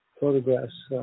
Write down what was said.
photographs